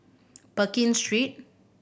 Pekin Street